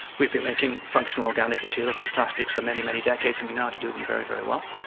we've been making functional organic materials like plastics for many, many decades and we know how to do them very, very well.